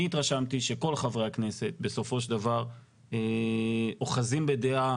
אני התרשמתי שכל חברי הכנסת בסופו של דבר אוחזים בדעה